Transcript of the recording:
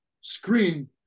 screen